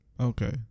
okay